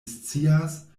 scias